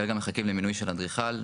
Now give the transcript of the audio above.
כרגע מחכים למינוי של אדריכל,